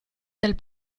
del